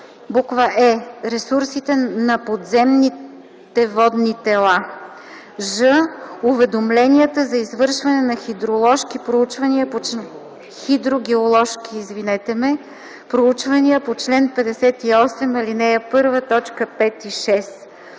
„ж”: „е) ресурсите на подземните водни тела; ж) уведомленията за извършване на хидрогеоложки проучвания по чл. 58, ал. 1, т. 5 и 6”.